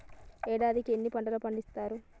ఏడాదిలో ఎన్ని పంటలు పండిత్తరు?